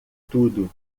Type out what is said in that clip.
tudo